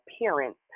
appearance